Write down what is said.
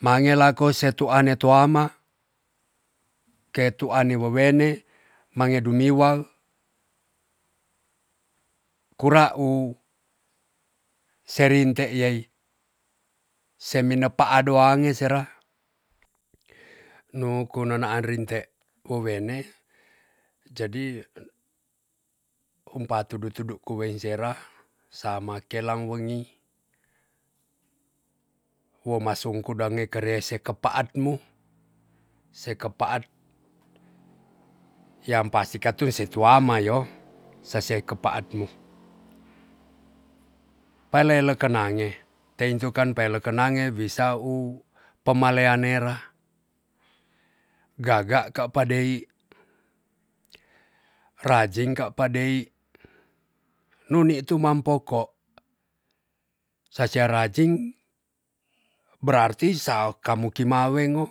mange lako se tua ne tuama ketua ni wowene mange duniwa kura u serinte iyai semine paado ange sera nu ku nenaan rinte wowene jadi um pa tudu tudu kuwein sera sa makelang wengi wo ma sungku dange kere se kepaat mu se kepaat yam pasti katu se tuama yo sasei kepaat mo palei leken nange teintu kan peileke nange wi sau pemalean nera gaga kapadei rajing kapadei nu nitu mampoko sasia rajing berarti sa kamu kimaweng o.